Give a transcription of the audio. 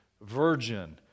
virgin